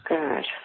Good